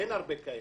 אין הרבה כאלה.